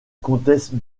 comtesse